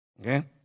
Okay